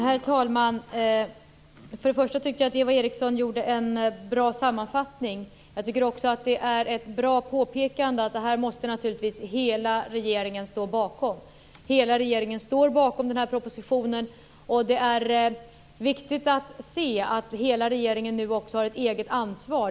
Herr talman! För det första tycker jag att Eva Eriksson gjorde en bra sammanfattning. För det andra tycker jag att påpekandet om att hela regeringen naturligtvis måste stå bakom detta är bra. Hela regeringen står bakom propositionen. Det är viktigt att se att man i hela regeringen nu också har ett eget ansvar.